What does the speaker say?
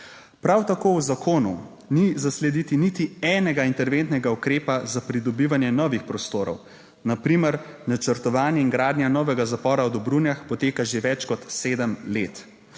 Prav tako v zakonu ni zaslediti niti enega interventnega ukrepa za pridobivanje novih prostorov, na primer načrtovanje in gradnja novega zapora v Dobrunjah poteka že več kot sedem let.